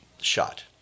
shot